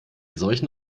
solchen